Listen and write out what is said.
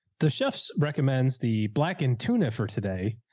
the chefs recommends the black and tuna for today.